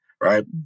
Right